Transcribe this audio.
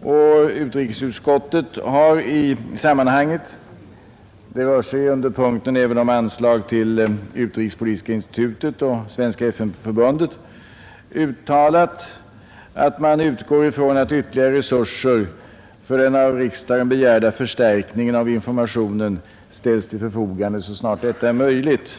och utrikesutskottet har i sammanhanget — under punkten behandlas även anslag till Utrikespolitiska institutet och Svenska FN-förbundet — uttalat att man utgår ifrån ”att ytterligare resureser för den av riksdagen begärda förstärkningen av informationen ställs till förfogande så snart detta är möjligt”.